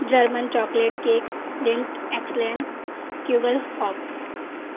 German chocolate cake Lindt excellence cubal hopes